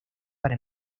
para